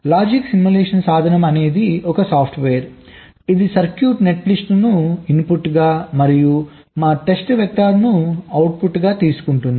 logic simulation సాధనం అనేది ఇది ఒక సాఫ్ట్వేర్ ఇది సర్క్యూట్ నెట్లిస్ట్ను ఇన్పుట్గా మరియు మా టెస్ట్ వెక్టర్ను అవుట్పుట్గా తీసుకుంటుంది